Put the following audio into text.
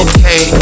Okay